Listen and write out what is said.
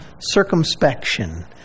circumspection